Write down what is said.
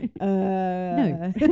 No